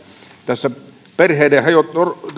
tässä